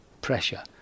pressure